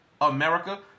America